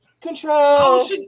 Control